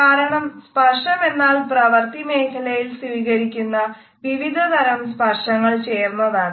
കാരണം സ്പർശങ്ങളെന്നാൽ പ്രവർത്തിമേഖലയിൽ സ്വീകരിക്കുന്ന വിവിധതരം സ്പർശങ്ങൾ ചേർന്നതാണ്